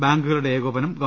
ബാങ്കുകളുടെ ഏകോപനം ഗവ